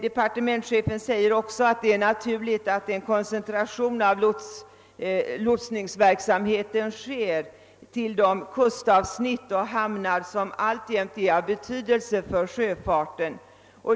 Departementschefen framhåller också att det är naturligt att en koncentration av lotsningsverksamheten sker till de kustavsnitt och hamnar, som alltjämt är av betydelse för sjöfarten.